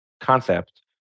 concept